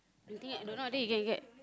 you think I don't know then you can get